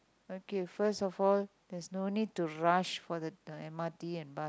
okay first of all there's no need to rush for the m_r_t and bus